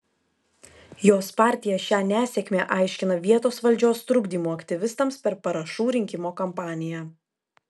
jos partija šią nesėkmę aiškina vietos valdžios trukdymu aktyvistams per parašų rinkimo kampaniją